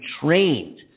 trained